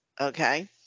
okay